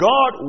God